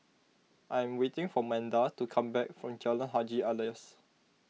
I am waiting for Manda to come back from Jalan Haji Alias